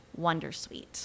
wondersuite